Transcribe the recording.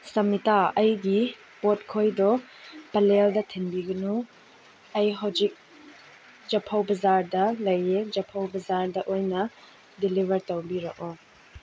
ꯁꯃꯤꯇꯥ ꯑꯩꯒꯤ ꯄꯣꯠꯈꯣꯏꯗꯣ ꯄꯂꯦꯜꯗ ꯊꯤꯟꯕꯤꯒꯅꯨ ꯑꯩ ꯍꯧꯖꯤꯛ ꯆꯐꯧ ꯕꯖꯥꯔꯗ ꯂꯩꯌꯦ ꯆꯐꯧ ꯕꯖꯥꯔꯗ ꯑꯣꯏꯅ ꯗꯤꯂꯤꯚꯔ ꯇꯧꯕꯤꯔꯛꯑꯣ